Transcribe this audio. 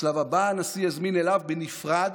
בשלב הבא הנשיא יזמין אליו בנפרד